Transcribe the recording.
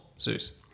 Zeus